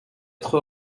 être